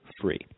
free